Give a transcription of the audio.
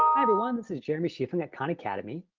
hi everyone, this is jeremy schifeling at khan academy.